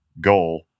goal